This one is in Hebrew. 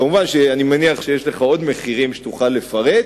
כמובן שאני מניח שיש לך עוד מחירים שתוכל לפרט,